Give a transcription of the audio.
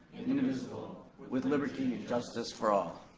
indivisible, with liberty and justice for all.